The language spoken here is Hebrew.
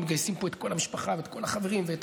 מגייסים פה את כל המשפחה ואת כל החברים ואת